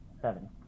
seven